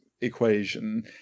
equation